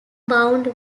bound